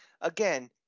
again